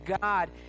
God